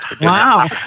Wow